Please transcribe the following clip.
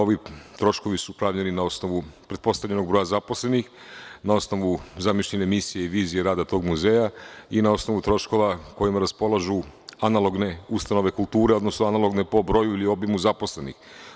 Ovi troškovi su pravljeni na osnovu pretpostavljenog broja zaposlenih, na osnovu zamišljene misije i vizije rada tog muzeja i na osnovu troškova kojima raspolažu analogne ustanove kulture, odnosno analogne po broju ili obimu zaposlenih.